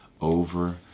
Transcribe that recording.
over